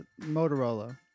Motorola